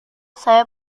saya